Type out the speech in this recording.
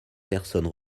personnes